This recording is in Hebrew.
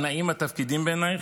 הנאים התפקידים בעיניך?